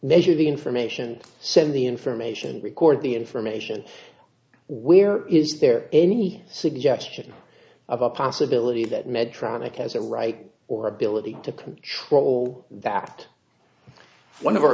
measure the information send the information record the information where is there any suggestion of a possibility that medtronic has a right or ability to control that one of our